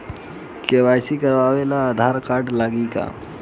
KYC करावे ला Aadhaar card लागी का?